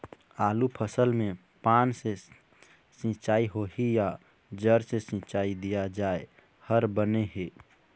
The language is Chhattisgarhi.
आलू फसल मे पान से सिचाई होही या जड़ से सिचाई दिया जाय हर बने हे?